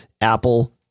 Apple